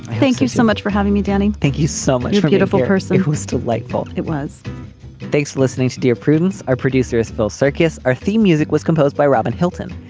thank you so much for having me danny. thank you so much for beautiful person who's delightful. it was thanks listening to dear prudence. our producers phil circus our theme music was composed by robin hilton.